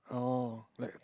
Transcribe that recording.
oh